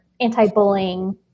anti-bullying